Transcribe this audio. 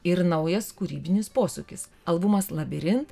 ir naujas kūrybinis posūkis albumas labirin